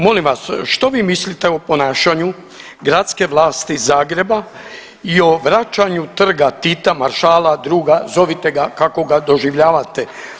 Molim vas što vi mislite o ponašanju gradske vlasti Zagreba, i o vraćanju Trga Tita, maršala, druga, zovite ga kako ga doživljavate.